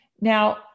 Now